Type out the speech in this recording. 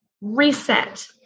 reset